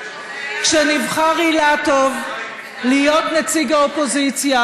כשנבחר אילטוב להיות נציג האופוזיציה,